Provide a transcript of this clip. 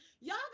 Y'all